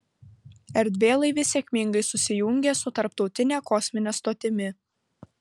erdvėlaivis sėkmingai susijungė su tarptautine kosmine stotimi